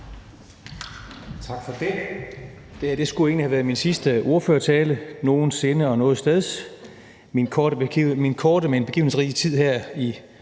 Tak for det. Det her skulle egentlig have været min sidste ordførertale nogen sinde og nogetsteds. Min korte, men begivenhedsrige tid her i